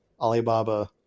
Alibaba